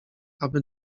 aby